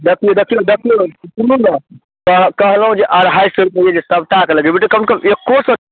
दखू देखियौ दखू सुनू नहि तऽ कहलहुँ जे अढ़ाइ सए रुपैये जे सभटाके लगेबै तऽ कमसँ कम एको सए